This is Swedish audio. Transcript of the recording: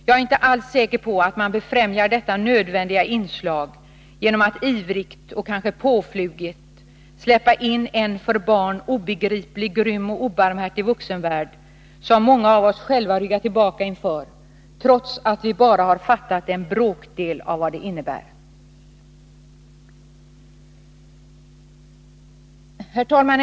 Jag är inte alls säker på att man befrämjar detta Nr 51 nödvändiga inslag genom att ivrigt och kanske påfluget släppa in en för barn Onsdagen den obegriplig, grym och obarmhärtig vuxenvärld, som många av oss själva — 15 december 1982 ryggar tillbaka inför, trots att vi bara har fattat en bråkdel av vad det Herr talman!